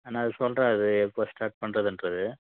நான் அது சொல்கிறேன் அது எப்போ ஸ்டார்ட் பண்ணுறதுன்றது